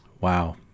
wow